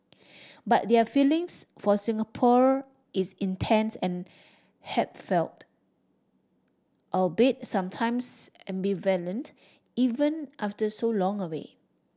but their feelings for Singapore is intense and heartfelt albeit sometimes ambivalent even after so long away